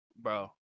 Bro